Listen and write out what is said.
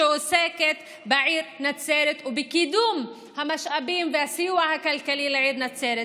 שעוסקת בעיר נצרת ובקידום המשאבים והסיוע הכלכלי לעיר נצרת.